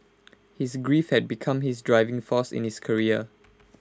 his grief had become his driving force in his career